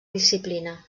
disciplina